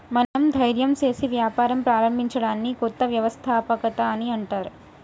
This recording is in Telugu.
మనం ధైర్యం సేసి వ్యాపారం ప్రారంభించడాన్ని కొత్త వ్యవస్థాపకత అని అంటర్